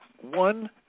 one